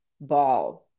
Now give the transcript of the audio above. ball